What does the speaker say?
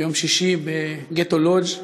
ביום שישי בגטו לודז'.